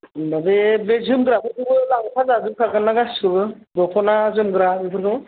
माने बे जोमग्राफोरखौबो लांफा जाजोबखागोन ना गासैखौबो दख'ना जोमग्रा बेफोरखौ